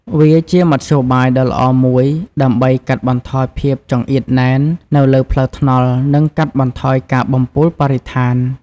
វាជាមធ្យោបាយដ៏ល្អមួយដើម្បីកាត់បន្ថយភាពចង្អៀតណែននៅលើផ្លូវថ្នល់ និងកាត់បន្ថយការបំពុលបរិស្ថាន។